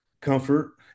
comfort